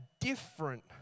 different